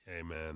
Amen